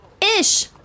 Ish